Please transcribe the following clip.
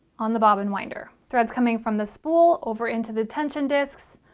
on the bobbin winder threads coming from the spool over into the tension disks